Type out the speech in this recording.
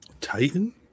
Titan